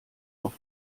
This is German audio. auf